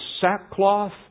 sackcloth